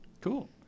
Cool